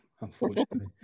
Unfortunately